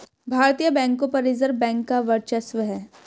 भारतीय बैंकों पर रिजर्व बैंक का वर्चस्व है